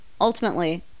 Ultimately